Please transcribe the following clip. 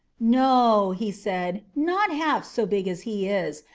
no, he said not half, so big as he is.